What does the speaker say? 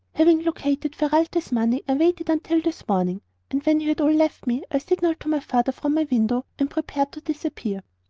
having located ferralti's money i waited until this morning and when you had all left me i signalled to my father from my window and prepared to disappear.